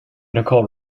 nicole